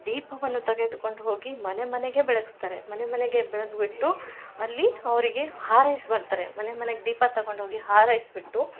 ದೀಪವನ್ನ ತಗೆದುಕೊಂಡು ಹೋಗಿ ಮನೆ ಮನೆಗೆ ಬೆಳಗ್ಸ್ತಾರೆ ಮನೆ ಮನೆಗೆ ಬೆಳಗ್ಬಿಟ್ಟು ಅಲ್ಲಿ ಅವರಿಗೆ ಹಾರೈಸಿ ಬರ್ತಾರೆ ಮನೆ ಮನೆಗ ದೀಪ ತಗದ್ಕೊಂಡು ಹೋಗಿ ಹಾರೈಸ್ಬಿಟ್ಟು